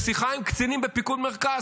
לשיחה עם קצינים בפיקוד המרכז,